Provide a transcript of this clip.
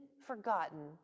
forgotten